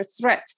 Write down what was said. threat